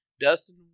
Dustin